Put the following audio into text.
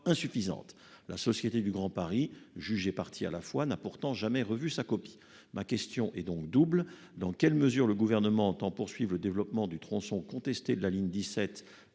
la Société du Grand Paris, juge et partie, à la fois n'a pourtant jamais revu sa copie, ma question est donc double : dans quelle mesure le gouvernement entend poursuive le développement du tronçon contesté de la ligne 17